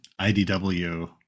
IDW